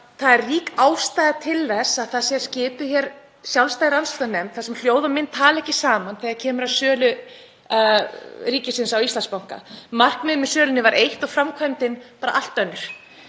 Það er rík ástæða til þess að skipuð sé hér sjálfstæð rannsóknarnefnd þar sem hljóð og mynd tala ekki saman þegar kemur að sölu ríkisins á Íslandsbanka. Markmiðið með sölunni var eitt og framkvæmdin bara allt önnur.